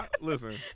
Listen